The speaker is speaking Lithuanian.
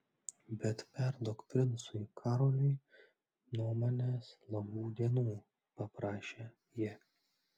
bet perduok princui karoliui nuo manęs labų dienų paprašė ji